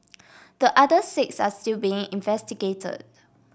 the other six are still being investigated